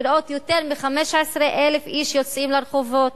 לראות יותר מ-15,000 איש יוצאים לרחובות,